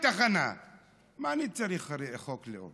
מתוך הישראליות המשותפת